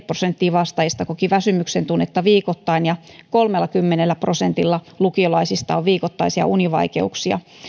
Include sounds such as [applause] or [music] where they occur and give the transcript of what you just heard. [unintelligible] prosenttia vastaajista koki väsymyksen tunnetta viikoittain ja kolmellakymmenellä prosentilla lukiolaisista oli viikoittaisia univaikeuksia